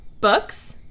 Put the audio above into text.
Books